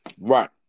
Right